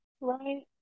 Right